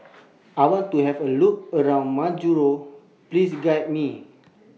I want to Have A Look around Majuro Please Guide Me